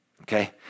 Okay